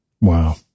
Wow